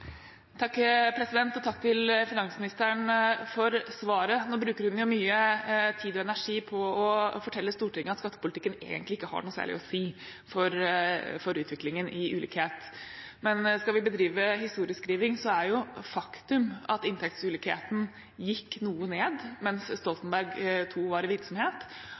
Takk til finansministeren for svaret. Nå bruker hun mye tid og energi på å fortelle Stortinget at skattepolitikken egentlig ikke har noe særlig å si for utviklingen i ulikhet, men skal vi bedrive historieskriving, er jo faktum at inntektsulikheten gikk noe ned mens Stoltenberg II-regjeringen var i virksomhet,